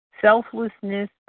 Selflessness